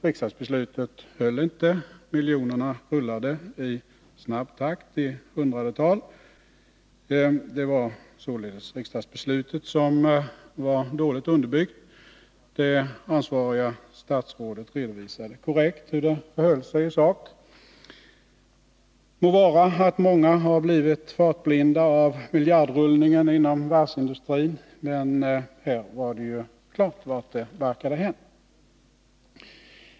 Riksdagsbeslutet höll inte. Miljonerna rullade i snabb takt, i hundratal. Det var således riksdagsbeslutet som var dåligt underbyggt. Det ansvariga statsrådet redovisade korrekt hur det förhöll sig i sak. Må vara att många har blivit fartblinda av miljardrullningen inom varvsindustrin, men här var det ju klart vart det barkade hän.